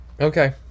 okay